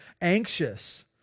anxious